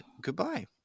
goodbye